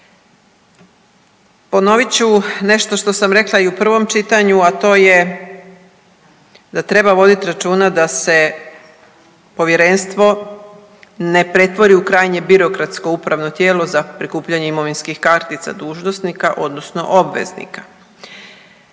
Ponovit ću nešto što sam rekla i u prvom čitanju, a to je da treba vodit računa da se povjerenstvo ne pretvori u krajnje birokratsko upravno tijelo za prikupljanje imovinskih kartica dužnosnika, odnosno obveznika.